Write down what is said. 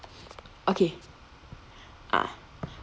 okay ah